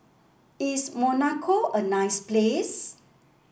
is Monaco a nice place